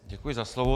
Děkuji za slovo.